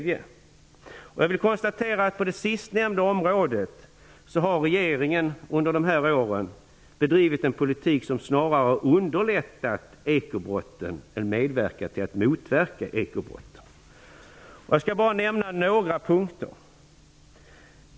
Jag vill konstatera att regeringen på det området under de här åren har bedrivit en politik som snarare underlättat ekobrotten än medverkat till att motverka dem. Jag skall bara nämna några punkter.